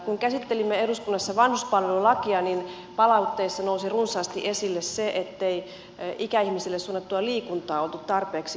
kun käsittelimme eduskunnassa vanhuspalvelulakia palautteessa nousi runsaasti esille se ettei ikäihmisille suunnattua liikuntaa oltu tarpeeksi huomioitu